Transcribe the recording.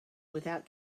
without